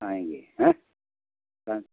आएँगे हें